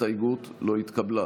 ההסתייגות לא התקבלה.